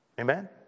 Amen